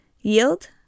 Yield